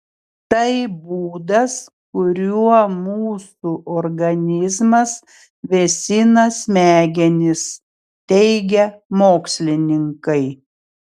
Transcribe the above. tai būdas kuriuo mūsų organizmas vėsina smegenis teigia mokslininkai